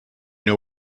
know